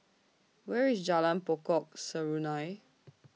Where IS Jalan Pokok Serunai